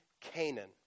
Canaan